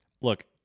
Look